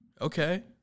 okay